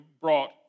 brought